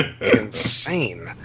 insane